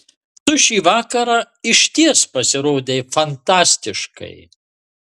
tu šį vakarą išties pasirodei fantastiškai